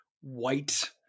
white